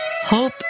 hope